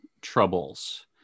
troubles